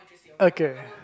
okay